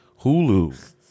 Hulu